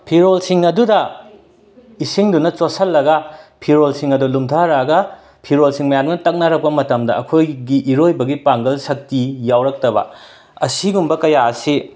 ꯐꯤꯔꯣꯜꯁꯤꯡ ꯑꯗꯨꯗ ꯏꯁꯤꯡꯗꯨꯅ ꯆꯣꯠꯁꯜꯂꯒ ꯐꯤꯔꯣꯜꯁꯤꯡ ꯑꯗꯣ ꯂꯨꯝꯙꯔꯛꯑꯒ ꯐꯤꯔꯣꯜꯁꯤꯡ ꯃꯌꯥꯝꯗꯨꯅ ꯇꯛꯅꯔꯛꯄ ꯃꯇꯝꯗ ꯑꯈꯣꯏꯒꯤ ꯏꯔꯣꯏꯕꯒꯤ ꯄꯥꯡꯒꯜ ꯁꯛꯇꯤ ꯌꯥꯎꯔꯛꯇꯕ ꯑꯁꯤꯒꯨꯝꯕ ꯛꯌꯥ ꯑꯁꯤ